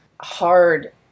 hard